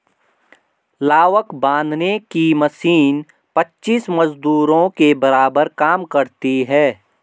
लावक बांधने की मशीन पच्चीस मजदूरों के बराबर काम करती है